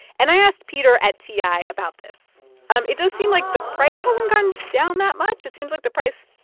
and i asked peter at ti about this um it does seem like the price hasn't gone down that much. it seems like the price,